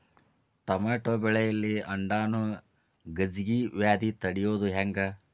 Tomato ಬೆಳೆಯಲ್ಲಿ ದುಂಡಾಣು ಗಜ್ಗಿ ವ್ಯಾಧಿ ತಡಿಯೊದ ಹೆಂಗ್?